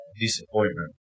disappointment